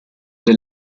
del